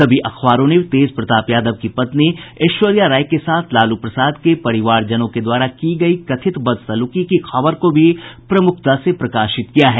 सभी अखबारों ने तेजप्रताप यादव की पत्नी ऐश्वर्या राय के साथ लालू प्रसाद के परिवारजनों के द्वारा की गयी कथित बदसलूकी की खबर को प्रमुखता से प्रकाशित किया है